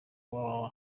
www